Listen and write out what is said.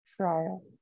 trial